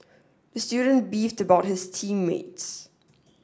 the student beefed about his team mates